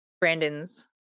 Brandon's